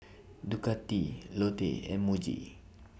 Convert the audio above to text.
Ducati Lotte and Muji